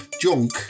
junk